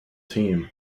team